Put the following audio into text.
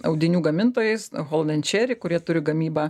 audinių gamintojais hold and cherry kurie turi gamybą